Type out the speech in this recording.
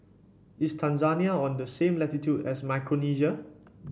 is Tanzania on the same latitude as Micronesia